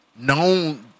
known